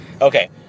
Okay